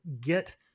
get